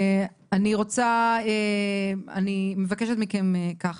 אני מבקשת מכם ככה.